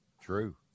True